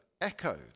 echoed